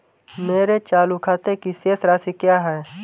मेरे चालू खाते की शेष राशि क्या है?